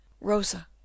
rosa